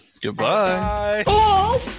goodbye